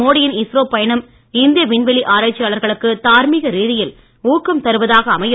மோடியின் இஸ்ரோ பயணம் இந்திய விண்வெளி ஆராய்ச்சியாளர்களுக்கு தார்மீக ரீதியில் ஊக்கம் தருவதாக அமையும்